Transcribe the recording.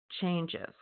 changes